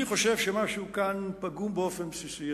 אני חושב שמשהו כאן פגום באופן בסיסי.